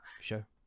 Sure